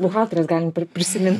buhalteres galim prisimint